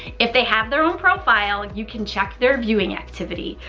if they have their own profile, and you can check their viewing activity,